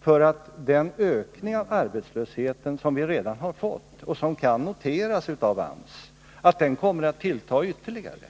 för att den ökning av arbetslösheten som vi redan har fått och som kan noteras av AMS kommer att tillta ytterligare?